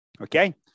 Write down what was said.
okay